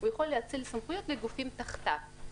הוא יכול להאציל סמכויות לגופים תחתיו.